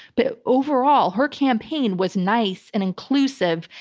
but overall, her campaign was nice and inclusive,